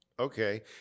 Okay